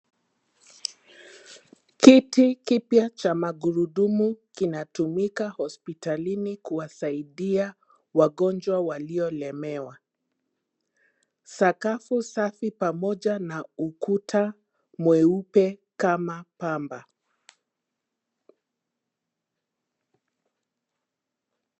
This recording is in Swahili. Kiti kipya cha magurudumu kinatumika hospitalini kuwasidia wagonjwa waliolemewa. Sakafu safi pamoja na ukuta mweupe kama pamba.